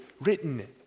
written